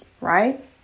Right